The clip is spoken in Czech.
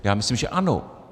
Já myslím, že ano.